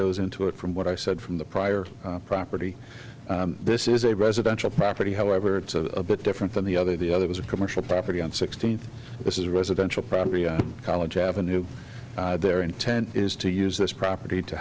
goes into it from what i said from the prior property this is a residential property however it's a bit different than the other the other was a commercial property on sixteenth this is a residential property on college avenue their intent is to use this property to